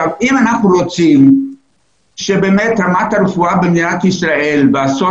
אם אנחנו רוצים שבאמת רמת הרפואה במדינת ישראל בעשור